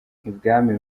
ibwami